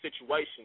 situation